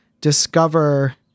discover